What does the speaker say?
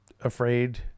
afraid